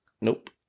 Nope